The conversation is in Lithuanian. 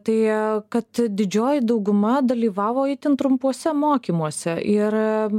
tai kad didžioji dauguma dalyvavo itin trumpuose mokymuose ir